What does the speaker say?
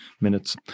minutes